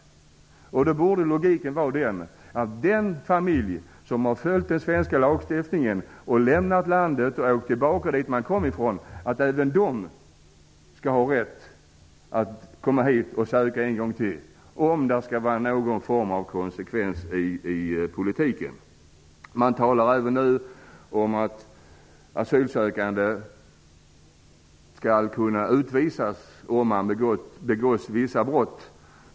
Då borde logiken vara den, att även den familj som har följt svensk lagstiftning, lämnat landet och åkt tillbaka skall ha rätt att komma hit och söka asyl en gång till -- om det skall vara någon konsekvens i politiken. Man talar även nu om att asylsökande skall kunna utvisas om de begår vissa brott.